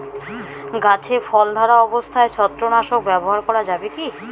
গাছে ফল ধরা অবস্থায় ছত্রাকনাশক ব্যবহার করা যাবে কী?